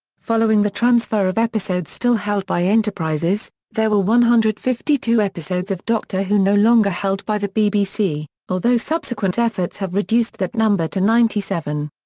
following the transfer of episodes still held by enterprises, there were one hundred and fifty two episodes of doctor who no longer held by the bbc, although subsequent efforts have reduced that number to ninety seven.